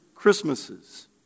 Christmases